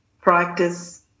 practice